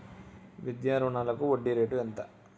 విద్యా రుణాలకు వడ్డీ రేటు ఎంత?